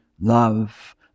love